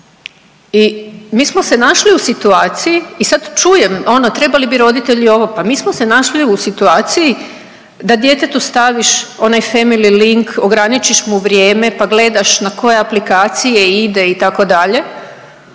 i mi smo se našli u situaciji i sad čujem ono trebali bi roditelji ovo, pa mi smo se našli u situaciji da djetetu staviš onaj family link ograničiš mu vrijeme pa gledaš na kojoj aplikaciji je i ide